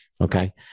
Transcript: Okay